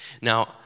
Now